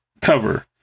cover